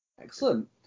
Excellent